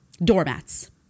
Doormats